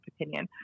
opinion